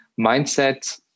mindset